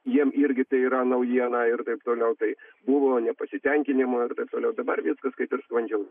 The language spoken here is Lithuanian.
jiem irgi tai yra naujiena ir taip toliau tai buvo nepasitenkinimo ir taip toliau dabar viskas kaip ir sklandžiau